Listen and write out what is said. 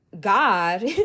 god